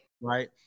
Right